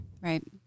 right